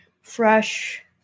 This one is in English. fresh